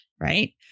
Right